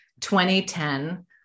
2010